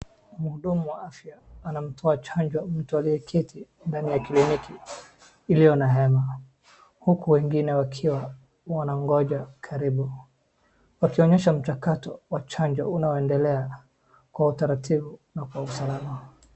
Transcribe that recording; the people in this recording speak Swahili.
Mhudumu wa afya anamtoa chanjo mtu aliyeketi ndani ya kliniki iliyo na hema huku wengine wakiwa wanangoja karibu wakionyesha mchakato wa chanjo unaoendelea kwa utaratibu na kwa usalama.